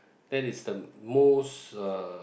that is the most uh